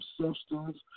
substance